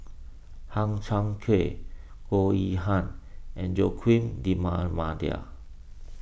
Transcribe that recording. Hang Chang Chieh Goh Yihan and Joaquim D'Almeida